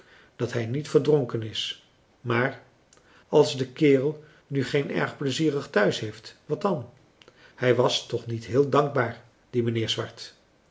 dat hij niet verdronken is maar als de kerel nu geen erg pleizierig thuis heeft wat dàn hij was toch niet heel dankbaar die mijnheer swart